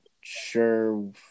sure